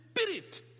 spirit